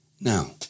Now